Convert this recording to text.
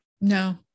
No